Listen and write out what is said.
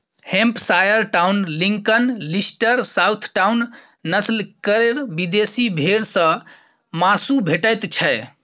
Hampshire town, Lincoln, Leicester, south town, नस्ल केर विदेशी भेंड़ सँ माँसु भेटैत छै